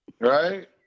right